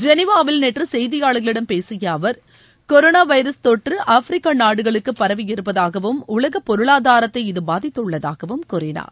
ஜெனீவாவில் நேற்று செய்தியாளர்களிடம் பேசிய அவர் கொரோனா வைரஸ் தொற்று ஆப்பிரிக்க நாடுகளுக்கு பரவியிருப்பதாகவும் உலகப் பொருளாதாரத்தை இது பாதித்துள்ளதாகவும் கூறினார்